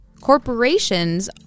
Corporations